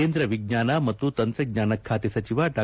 ಕೇಂದ್ರ ವಿಜ್ಞಾನ ಮತ್ತು ತಂತ್ರಜ್ಞಾನ ಖಾತೆ ಸಚಿವ ಡಾ